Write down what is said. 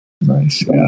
Nice